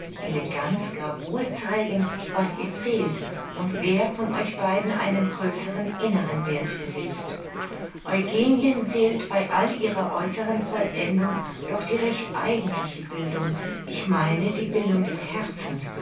eleganz gar wohl zeigen was ihr fehlt und wer von euch beiden einen größeren inneren werth besitzt eugenien fehlt bei all ihrer äußeren vollendung doch die recht eigentliche bildung ich meine die bildung des herzens